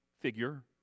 figure